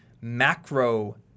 macro